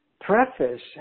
preface